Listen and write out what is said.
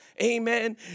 amen